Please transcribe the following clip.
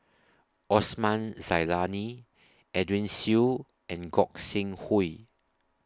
Osman Zailani Edwin Siew and Gog Sing Hooi